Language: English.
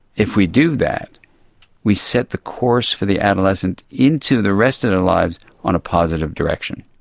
if we do that we set the course for the adolescent into the rest of their lives on a positive direction.